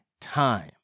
time